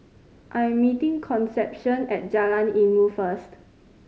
I am meeting Concepcion at Jalan Ilmu first